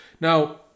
Now